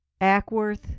Ackworth